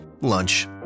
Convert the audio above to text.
Lunch